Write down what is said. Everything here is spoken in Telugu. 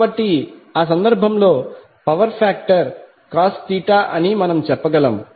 కాబట్టి ఆ సందర్భంలో power factor cos theta cos అని మనం చెప్పగలం